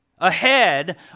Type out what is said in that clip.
ahead